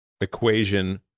equation